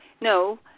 No